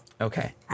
Okay